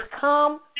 come